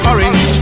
Orange